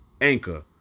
Anchor